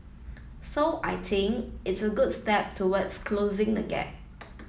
so I think it's a good step towards closing the gap